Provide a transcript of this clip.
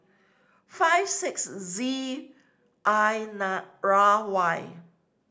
five six Z I R Y